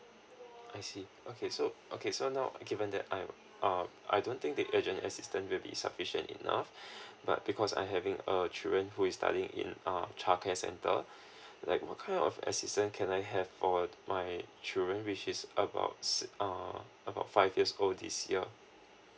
I see okay so okay so now given that I'm uh I don't think the urgent assistance will be sufficient enough but because I having a children who is studying in a childcare center like what kind of assistance can I have for my children which is about s~ uh about five years old this year